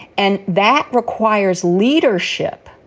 and that requires leadership,